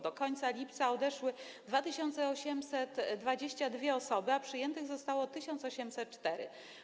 Do końca lipca odeszły 2822 osoby, a przyjęte zostały 1804.